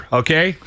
okay